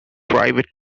private